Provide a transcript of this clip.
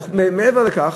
מעבר לכך,